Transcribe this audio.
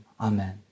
amen